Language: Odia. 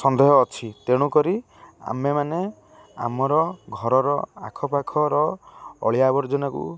ସନ୍ଦେହ ଅଛି ତେଣୁକରି ଆମେମାନେ ଆମର ଘରର ଆଖପାଖର ଅଳିଆ ଆବର୍ଜନାକୁ